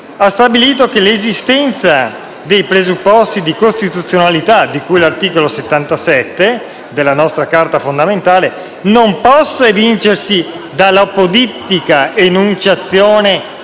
ha stabilito che l'esistenza dei presupposti di costituzionalità, di cui all'articolo 77 della nostra Carta fondamentale, non possa evincersi dall'apodittica enunciazione